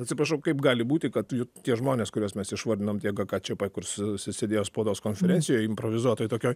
atsiprašau kaip gali būti kad tie žmonės kuriuos mes išvardinom tiek gie ką čė pė kur s sėdėjo spaudos konferencijoj improvizuotoj tokioj